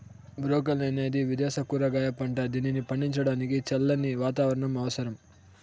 broccoli అనేది విదేశ కూరగాయ పంట, దీనిని పండించడానికి చల్లని వాతావరణం అవసరం